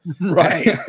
Right